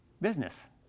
business